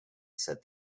said